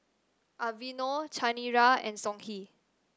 Aveeno Chanira and Songhe